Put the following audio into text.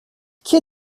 qui